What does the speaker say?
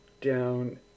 down